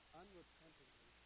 unrepentantly